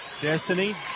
Destiny